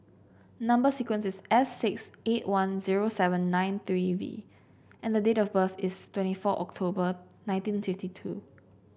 number sequence is S six eight one zero seven nine three V and date of birth is twenty four October nineteen fifty two